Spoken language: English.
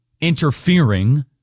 interfering